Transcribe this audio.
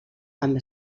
amb